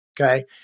Okay